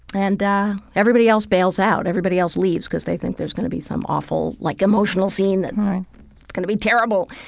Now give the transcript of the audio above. and everybody else bails out. everybody else leaves because they think there's going to be some awful, like, emotional scene, right, that's going to be terrible.